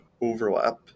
overlap